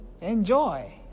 enjoy